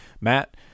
Matt